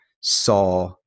saw